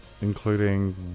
including